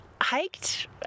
Hiked